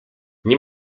nie